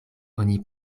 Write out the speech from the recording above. oni